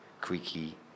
creaky